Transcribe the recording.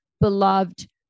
beloved